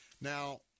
Now